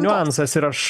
niuansas ir aš